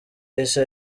yahise